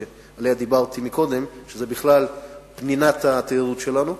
שעליה דיברתי קודם, שזה בכלל פנינת התיירות שלנו.